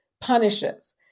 punishes